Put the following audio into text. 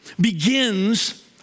begins